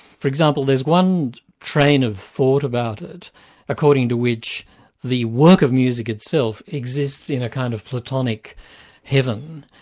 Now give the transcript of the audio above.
for example, there's one train of thought about it according to which the work of music itself exists in a kind of platonic heaven,